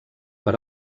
per